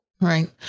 Right